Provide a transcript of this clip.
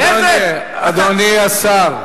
אדוני השר.